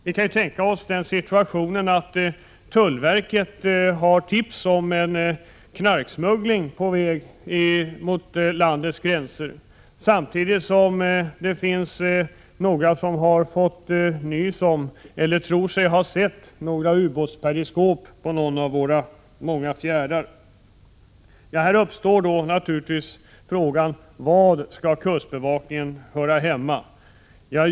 Vi kan tänka oss den situationen att tullverket har fått tips om att knarksmugglare är på väg mot landets gränser samtidigt som några tror sig ha sett ubåtsperiskop på någon av våra många fjärdar. Här uppstår naturligtvis frågan: Var skall kustbevakningen höra hemma?